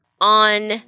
On